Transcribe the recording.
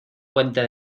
puente